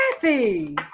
Kathy